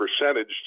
percentage